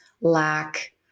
lack